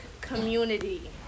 community